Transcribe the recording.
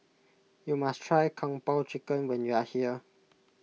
you must try Kung Po Chicken when you are here